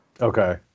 Okay